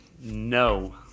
No